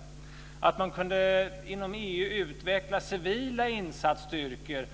Vidare handlar det om att man inom EU kunde utveckla civila insatsstyrkor